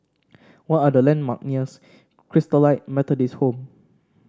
what are the landmark nears Christalite Methodist Home